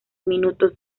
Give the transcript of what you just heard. minutos